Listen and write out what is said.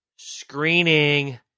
Screening